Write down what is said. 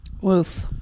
woof